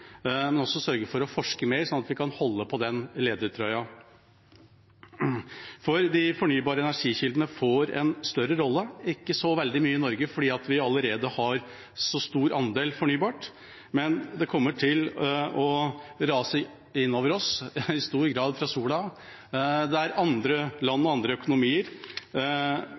men også sørge for å forske mer, sånn at vi kan holde på den ledertrøya. De fornybare energikildene får en større rolle – ikke så veldig mye større i Norge, fordi vi allerede har så stor andel fornybar energi – men det kommer til å rase inn over oss, i stor grad solkraft. Andre land og andre økonomier